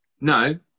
No